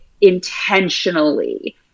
intentionally